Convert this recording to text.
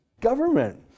government